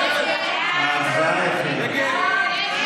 ההצבעה החלה.